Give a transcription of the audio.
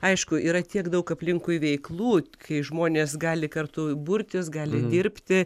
aišku yra tiek daug aplinkui veiklų kai žmonės gali kartu burtis gali dirbti